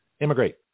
immigrate